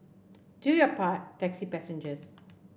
do your part taxi passengers